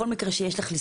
יש פה את